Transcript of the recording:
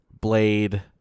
Blade